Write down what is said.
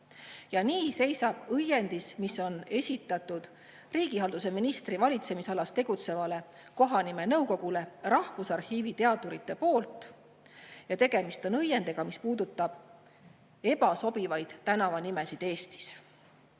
Nii seisab õiendis, mille on esitanud riigihalduse ministri valitsemisalas tegutsevale kohanimenõukogule Rahvusarhiivi teadurid. Tegemist on õiendiga, mis puudutab ebasobivaid tänavanimesid Eestis.